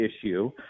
issue